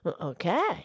Okay